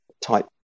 type